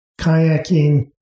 kayaking